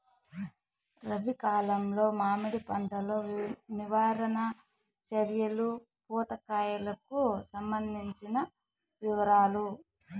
రబి కాలంలో మామిడి పంట లో నివారణ చర్యలు పూత కాయలకు సంబంధించిన వివరాలు?